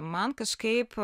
man kažkaip